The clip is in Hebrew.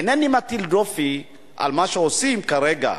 אינני מטיל דופי במה שעושים כרגע,